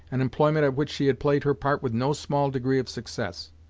an employment at which she had played her part with no small degree of success,